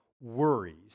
worries